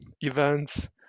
events